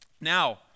now